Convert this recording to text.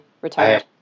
retired